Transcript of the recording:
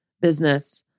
business